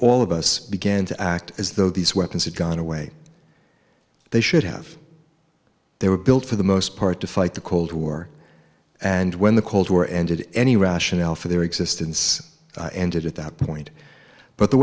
all of us began to act as though these weapons had gone away they should have they were built for the most part to fight the cold war and when the cold war ended any rationale for their existence ended at that point but the